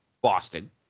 Boston